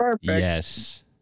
yes